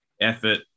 effort